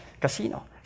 casino